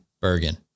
Bergen